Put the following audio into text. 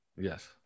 Yes